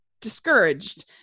discouraged